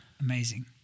Amazing